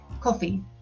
Coffee